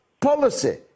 policy